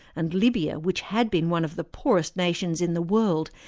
and libya, which had been one of the poorest nations in the world,